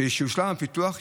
כשיושלם הפיתוח,